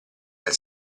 nel